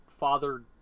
father